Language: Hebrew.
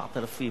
7,000?